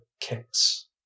kicks